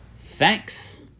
Thanks